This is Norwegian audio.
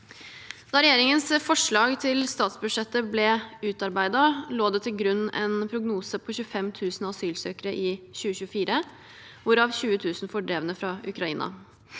Da regjeringens forslag til statsbudsjett ble utarbeidet, lå det til grunn en prognose på 25 000 asylsøkere i 2024, hvorav 20 000 var fordrevne fra Ukraina.